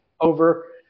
over